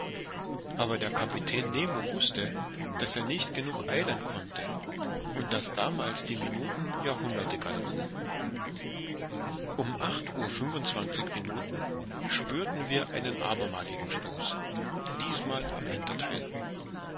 aber der kapitän nemo wußte daß er nicht genug eilen konnte und daß damals die minuten jahrhunderte galten um acht uhr fünfundzwanzig minuten spürten wir einen abermaligen stoß diesmal am hintertheil